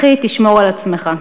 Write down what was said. אחי, תשמור על עצמך.